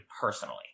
personally